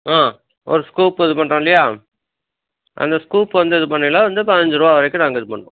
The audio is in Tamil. ஆ ஒரு ஸ்கூப் இது பண்ணுறோம் இல்லையா அந்த ஸ்கூப் வந்து இது பண்ணையில் வந்து பதினஞ்சு ரூவா வரைக்கும் நாங்கள் இது பண்ணுறோம்